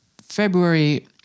February